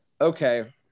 Okay